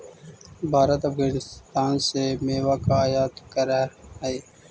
भारत अफगानिस्तान से मेवा का आयात करअ हई